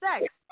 sex